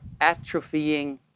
atrophying